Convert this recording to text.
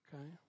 Okay